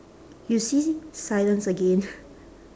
you see silence again